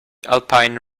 alpine